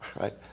right